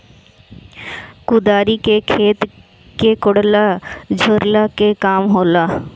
कुदारी से खेत के कोड़ला झोरला के काम होला